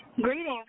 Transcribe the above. Greetings